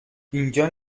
اینجا